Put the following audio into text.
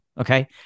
Okay